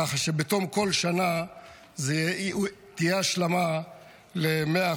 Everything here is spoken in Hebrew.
כך שבתום כל שנה תהיה השלמה ל-100%.